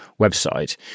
website